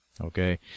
Okay